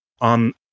on